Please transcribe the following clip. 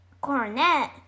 cornet